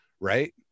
right